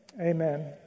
Amen